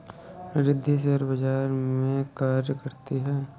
Riddhi share बाजार में कार्य करती है